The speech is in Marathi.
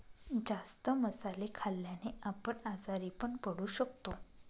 जास्त मसाले खाल्ल्याने आपण आजारी पण पडू शकतो